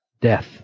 death